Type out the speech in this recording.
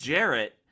Jarrett